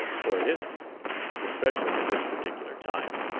for it isn't especially at this particular time.